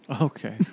Okay